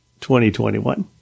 2021